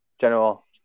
general